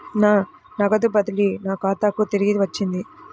నా నగదు బదిలీ నా ఖాతాకు తిరిగి వచ్చింది